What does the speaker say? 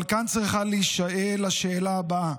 אבל כאן צריכה להישאל השאלה הבאה: